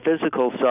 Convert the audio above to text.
physical